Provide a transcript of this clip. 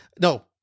No